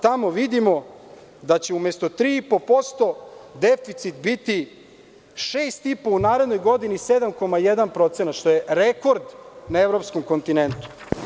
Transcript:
Tamo vidimo da će umesto 3,5% deficit biti 6,5 u narednoj godini 7,1%, što je rekord na evropskom kontinentu.